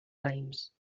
raïms